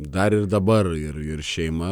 dar ir dabar ir ir šeima